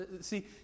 see